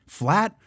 flat